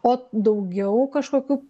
o daugiau kažkokių